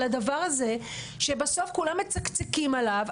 על הדבר הזה שבסוף כולם מצקצקים עליו,